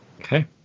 okay